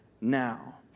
now